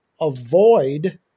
avoid